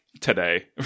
today